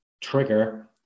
trigger